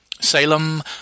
Salem